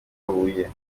huye